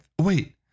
Wait